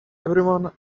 everyone